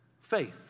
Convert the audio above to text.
faith